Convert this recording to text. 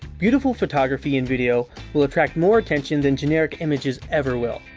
beautiful photography and video will attract more attention than generic images ever will.